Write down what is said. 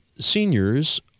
seniors